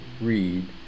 read